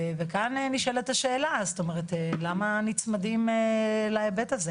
וכאן נשאלת השאלה, למה נצמדים להיבט הזה?